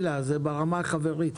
זה ברמה החברית.